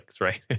right